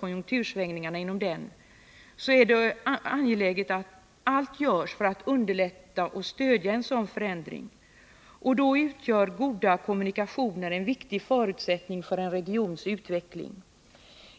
konjunktursvängningarna inom en bransch. Det är angeläget att allt görs för att underlätta och stödja en sådan förändring. Goda kommunikationer är en viktig förutsättning för en regions utveckling.